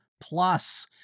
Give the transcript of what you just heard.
plus